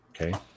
Okay